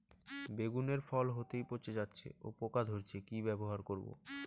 বেগুনের ফল হতেই পচে যাচ্ছে ও পোকা ধরছে কি ব্যবহার করব?